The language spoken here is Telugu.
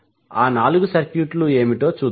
ఆ నాలుగు సర్క్యూట్లు ఏమిటో చూద్దాం